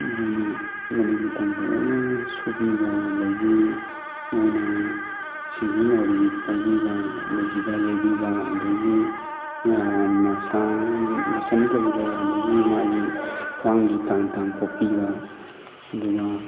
ꯃꯈꯣꯏꯅ ꯃꯔꯤ ꯃꯇꯥꯡ ꯐꯖꯅ ꯁꯨꯕꯤꯕ ꯑꯗꯒꯤ ꯃꯣꯏꯅ ꯁꯤꯡꯂꯤ ꯅꯥꯎꯔꯤ ꯄꯥꯏꯕꯤꯕ ꯑꯗꯒꯤ ꯍꯤꯒꯥꯏ ꯌꯩꯕꯤꯕ ꯑꯗꯒꯤ ꯃꯁꯟ ꯃꯁꯟ ꯀꯔꯤ ꯀꯔꯥ ꯑꯗꯒꯤ ꯃꯥꯒꯤ ꯈ꯭ꯋꯥꯡꯒꯤ ꯇꯥꯡ ꯇꯥꯡ ꯄꯣꯛꯄꯤꯕ ꯑꯗꯨꯒ